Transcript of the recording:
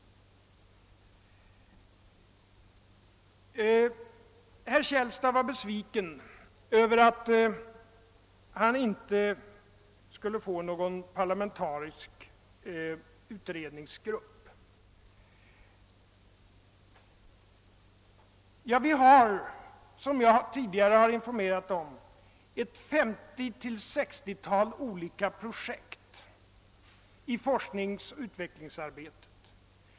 Herr Källstad var besviken över att han inte skulle få någon parlamentarisk utredningsgrupp. Ja, vi har — som jag tidigare har informerat om — ett femtiotal eller sextiotal olika projekt i forskningsoch utvecklingsarbetet.